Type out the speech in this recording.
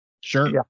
Sure